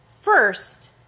first